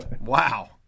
Wow